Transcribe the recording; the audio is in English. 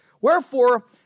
Wherefore